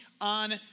on